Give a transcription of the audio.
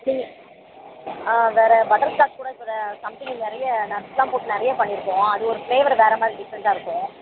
நீங்கள் ஆ வேற பட்டர் ஸ்காட்ச் கூட சில சம்திங் நிறைய நட்ஸ்லாம் போட்டு நிறைய பண்ணியிருக்கோம் அது ஒரு ஃப்ளேவர் வேறமாதிரி டிஃப்ரண்டாக இருக்கும்